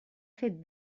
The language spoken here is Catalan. fet